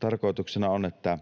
Tarkoituksena on, että